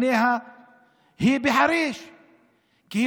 בימים אלה נבחנת האפשרות להעביר את נכסי נספי השואה